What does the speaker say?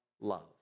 love